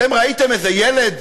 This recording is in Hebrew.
אתם ראיתם איזה ילד